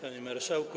Panie Marszałku!